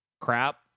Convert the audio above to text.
crap